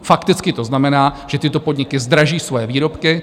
Fakticky to znamená, že tyto podniky zdraží svoje výrobky.